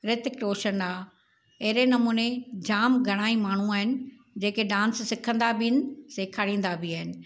ऋतिक रोशन आहे अहिड़े नमूने जाम घणा ई माण्हू आहिनि जेके डांस सिखंदा बि आहिनि सेखारींदा बि आहिनि